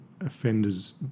offenders